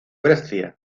brescia